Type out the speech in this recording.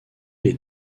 les